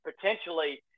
potentially